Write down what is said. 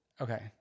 Okay